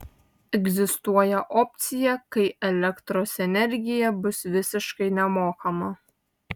egzistuoja opcija kai elektros energija bus visiškai nemokama